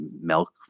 Milk